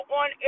on